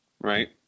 right